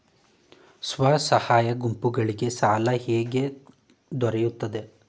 ಸ್ವಸಹಾಯ ಗುಂಪುಗಳಿಗೆ ಸಾಲ ಹೇಗೆ ದೊರೆಯುತ್ತದೆ?